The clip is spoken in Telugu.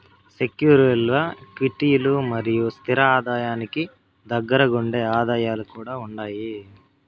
సెక్యూరీల్ల క్విటీలు మరియు స్తిర ఆదాయానికి దగ్గరగుండే ఆదాయాలు కూడా ఉండాయి